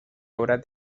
obras